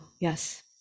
yes